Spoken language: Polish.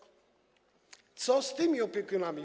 Co z tymi opiekunami?